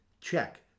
check